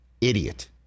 idiot